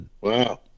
wow